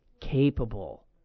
capable